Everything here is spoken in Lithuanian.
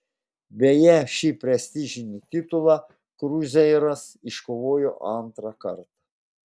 beje šį prestižinį titulą kruzeiras iškovojo antrą kartą